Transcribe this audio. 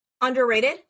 underrated